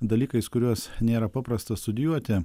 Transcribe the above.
dalykais kuriuos nėra paprasta studijuoti